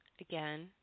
again